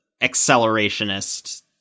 accelerationist